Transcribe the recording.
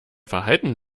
verhalten